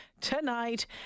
tonight